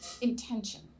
intention